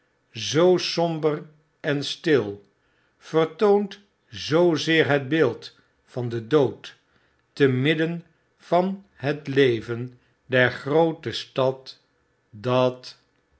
zoo somber en stil vertoont zoozeer het beeldvan den dood te midden van het leven der groote stad dat